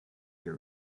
your